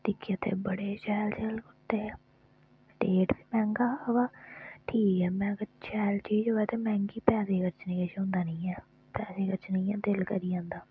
दिक्खेआ उत्थें बड़े बड़े शैल शैल कुर्ते हे रेट मैंह्गा अवा ठीक ऐ शैल चीज होऐ ते मैंह्गी पैसे खरचने किश होंदा नी ऐ पैसे खरचने इ'यां दिल करी जंदा